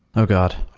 oh god!